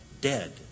dead